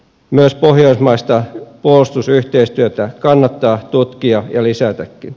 myös pohjoismaista puolustusyhteistyötä kannattaa tutkia ja lisätäkin